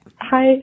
hi